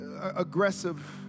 Aggressive